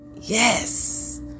Yes